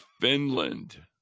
finland